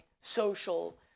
social